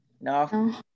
No